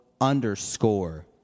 underscore